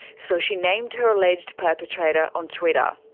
so she named her alleged perpetrator on twitter.